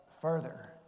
further